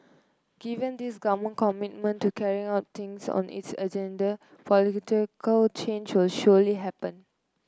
given this government commitment to carrying out things on its agenda political change will surely happen